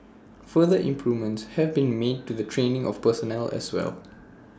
further improvements have been made to the training of personnel as well